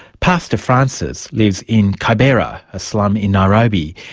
pastor francis lives in kibera a slum in nairobi.